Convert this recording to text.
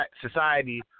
society